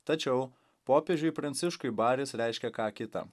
tačiau popiežiui pranciškui baris reiškia ką kita